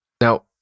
Now